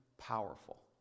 powerful